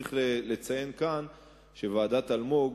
צריך לציין כאן שוועדת-אלמוג,